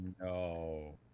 no